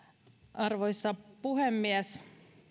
arvoisa puhemies